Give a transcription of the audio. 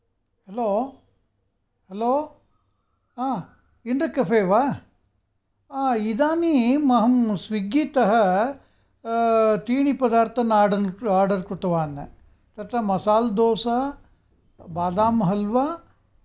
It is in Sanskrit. हलो हलो हा इन्डर् कफे वा हा इदानीं अहं स्विग्गीतः त्रीणि पदार्थान् आर्डर् कृतवान् तत्र मसाल्डोसा बादामहल्वा